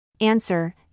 Answer